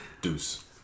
Deuce